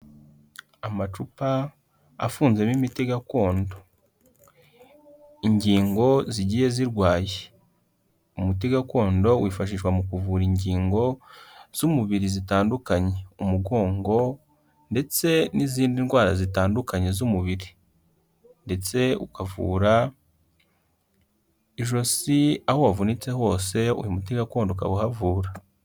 Amacupa afunzemo imiti gakondo, ingingo zigiye zirwaye, umuti gakondo wifashishwa mu kuvura ingingo z'umubiri zitandukanye, umugongo ndetse n'izindi ndwara zitandukanye z'umubiri ndetse ukavura ijosi, aho wavunitse hose uyu muti gakondo ukaba uhavura.